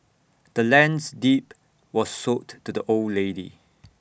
the land's deed was sold to the old lady